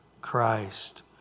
Christ